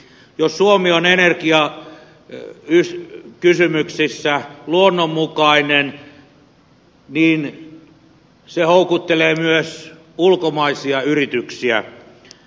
jos suomi on energiakysymyksissä luonnonmukainen niin se houkuttelee myös ulkomaisia yrityksiä suomeen